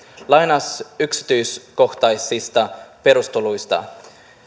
yksityiskohtaisista perusteluista